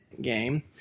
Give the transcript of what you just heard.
game